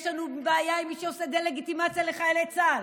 יש לנו בעיה עם מי שעושה דה-לגיטימציה לחיילי צה"ל,